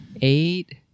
Eight